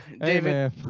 David